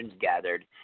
gathered